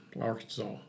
Arkansas